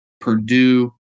Purdue